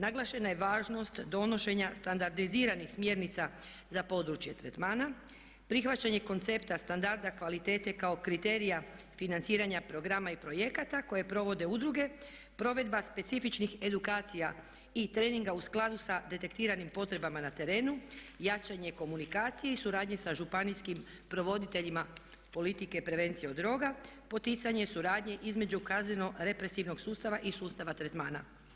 Naglašena je važnost donošenja standardiziranih smjernica za područje tretmana, prihvaćanje koncepta standarda kvalitete kao kriterija financiranja programa i projekata koje provode udruge, provedba specifičnih edukacija i treninga u skladu sa detektiranim potrebama na terenu, jačanje komunikacije i suradnje sa županijskim provoditeljima politike prevencije o drogama, poticanje suradnje između kazneno represivnog sustava i sustava tretmana.